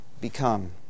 become